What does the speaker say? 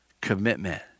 commitment